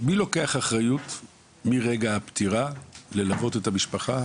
מי לוקח אחריות ללוות את המשפחה מרגע הפטירה